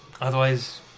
Otherwise